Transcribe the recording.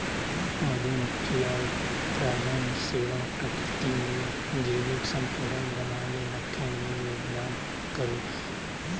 मधुमक्खी और परागण सेवा प्रकृति में जैविक संतुलन बनाए रखे में योगदान करो हइ